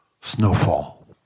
snowfall